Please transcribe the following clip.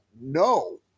No